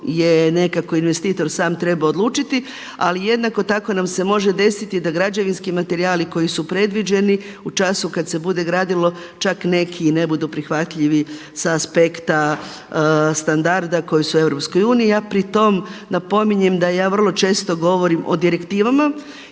nekako investitor sam trebao odlučiti. Ali jednako tako nam se može desiti da građevinski materijali koji su predviđeni u času kada se bude gradilo čak neki i ne budu prihvatljivi sa aspekta standarda koji su u EU, a pri tom napominjem da ja vrlo često govorim o direktivama